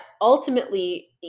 ultimately